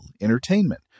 entertainment